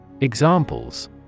Examples